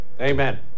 Amen